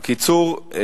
בקיצור,